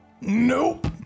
Nope